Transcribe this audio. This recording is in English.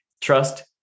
Trust